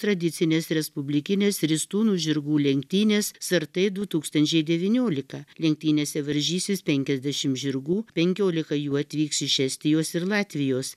tradicinės respublikinės ristūnų žirgų lenktynės sartai du tūkstančiai devyniolika lenktynėse varžysis penkiasdešim žirgų penkiolika jų atvyks iš estijos ir latvijos